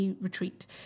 retreat